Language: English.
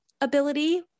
ability